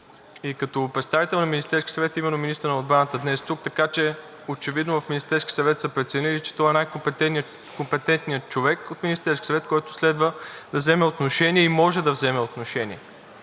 и като представител на Министерския съвет, именно министърът на отбраната днес е тук, така че очевидно в Министерския съвет са преценили, че той е най-компетентният човек от Министерския съвет, който следва да вземе отношение и може да вземе отношение.